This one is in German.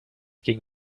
gegen